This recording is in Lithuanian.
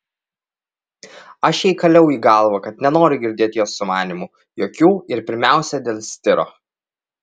aš jai kaliau į galvą kad nenoriu girdėt jos sumanymų jokių ir pirmiausia dėl stiro